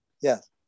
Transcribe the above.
Yes